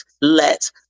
let